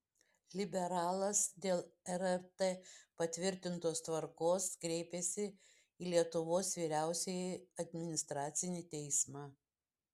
liberalas dėl rrt patvirtintos tvarkos kreipėsi į lietuvos vyriausiąjį administracinį teismą